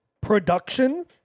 production